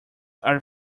are